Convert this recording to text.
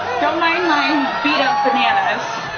don't mind my beat up bananas.